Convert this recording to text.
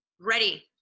ready